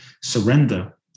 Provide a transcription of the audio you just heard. surrender